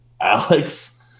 Alex